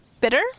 bitter